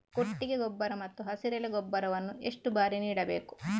ಕೊಟ್ಟಿಗೆ ಗೊಬ್ಬರ ಮತ್ತು ಹಸಿರೆಲೆ ಗೊಬ್ಬರವನ್ನು ಎಷ್ಟು ಬಾರಿ ನೀಡಬೇಕು?